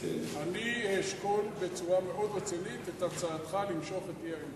אני אשקול בצורה מאוד רצינית למשוך את הצעת האי-אמון.